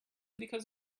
because